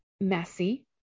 messy